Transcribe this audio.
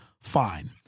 fine